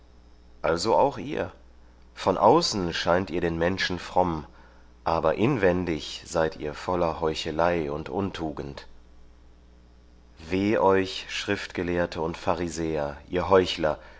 also auch ihr von außen scheint ihr den menschen fromm aber in wendig seid ihr voller heuchelei und untugend weh euch schriftgelehrte und pharisäer ihr heuchler